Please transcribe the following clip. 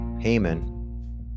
Haman